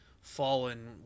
fallen